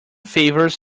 favours